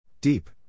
Deep